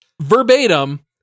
verbatim